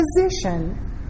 position